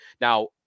Now